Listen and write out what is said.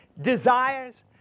desires